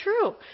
true